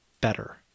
better